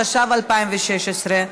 התשע"ו 2016,